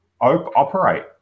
operate